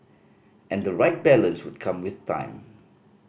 and the right balance would come with time